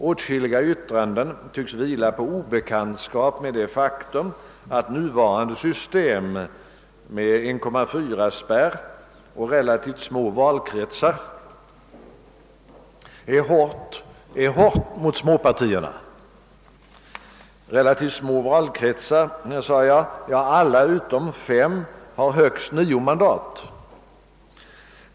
Åtskilliga yttranden tycks vila på obekantskap med det faktum att nuvarande system med en spärr på 1,4 och relativt små valkretsar är hårt mot småpartierna. Vi skall komma ihåg att alla valkretsar utom fem har högst 9 mandat.